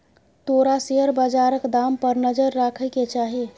तोरा शेयर बजारक दाम पर नजर राखय केँ चाही